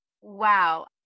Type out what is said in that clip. Wow